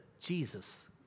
Jesus